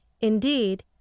Indeed